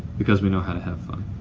because we know how to have fun.